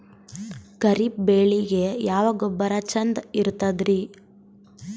ಖರೀಪ್ ಬೇಳಿಗೆ ಯಾವ ಗೊಬ್ಬರ ಚಂದ್ ಇರತದ್ರಿ?